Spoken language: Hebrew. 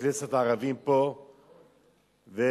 ההצעה הראשונה לסדר-היום היא בנושא: התגברות ההתנכלויות